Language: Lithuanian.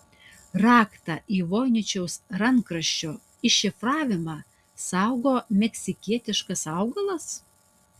raktą į voiničiaus rankraščio iššifravimą saugo meksikietiškas augalas